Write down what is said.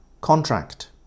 Contract